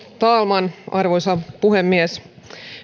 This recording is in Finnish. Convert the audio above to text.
talman arvoisa puhemies